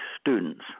students